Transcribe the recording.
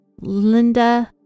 Linda